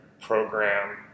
program